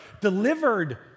delivered